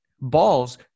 balls